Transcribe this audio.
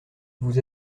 vous